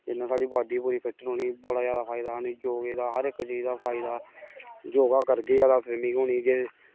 एह्दे ने साढ़ी बॉडी पूरी फिट रौह्नी बड़ा जादा फायदा ऐ योगे दा हर इक चीज दा फायदा योगा करगे ते स्विमिंग होनी